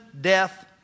death